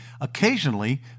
Occasionally